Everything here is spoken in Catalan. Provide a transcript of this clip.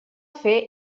fer